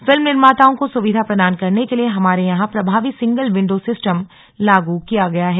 film निर्माताओं को सुविधा प्रदान करने के लिए हमारे यहां प्रभावी सिंगल विंडो सिस्टम लागू किया गया है